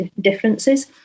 differences